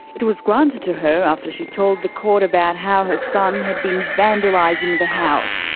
it was granted to her after she told the court about how her son had been vandalising the house,